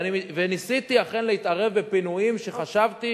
וניסיתי אכן להתערב בפינויים שחשבתי